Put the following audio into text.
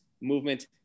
movement